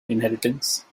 inheritance